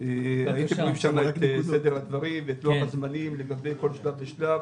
יכולים לראות את סדר הדברים ואת לוח הזמנים לגבי כל שלב ושלב.